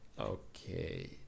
Okay